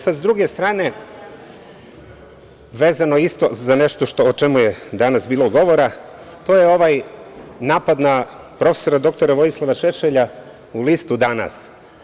Sa druge strane, vezano isto za nešto o čemu je danas bilo govora, to je ovaj napad na prof. dr Vojislava Šešelja, u listu „Danas“